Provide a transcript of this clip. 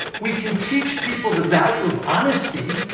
we can teach people the value of honesty,